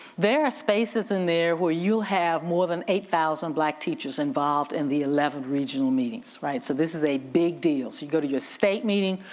there are spaces in there where you have more than eight thousand black teachers involved in the eleven regional meetings, right. so this is a big deal. so you go to your state meeting,